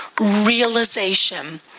realization